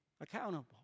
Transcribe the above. accountable